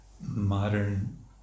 modern